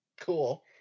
cool